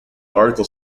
article